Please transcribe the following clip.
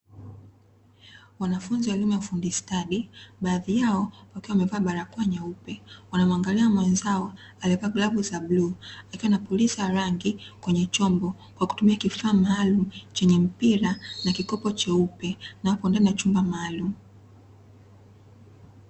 Wanafunzi wa elimu ya ufundi stadi, baadhi yao wakiwa wamevaaa barakoa nyeupe, wanamuangalia mwenzao aliyevaa glovu za bluu akiwa anapuliza rangi kwenye chombo kwa kutumia kifaa maalumu chenye mpira na kikopo cheupe na wapo ndani ya chumba maalumu.